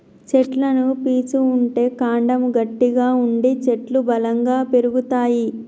చెట్లకు పీచు ఉంటే కాండము గట్టిగా ఉండి చెట్లు బలంగా పెరుగుతాయి